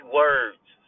words